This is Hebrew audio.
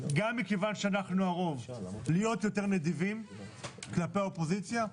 מכיוון שאנחנו הרוב גם צריכים להיות יותר נדיבים כלפי האופוזיציה,